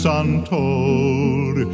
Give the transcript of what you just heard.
untold